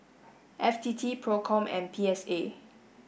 F T T PROCOM and P S A